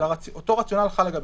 אבל אותו רציונל חל לגביהם.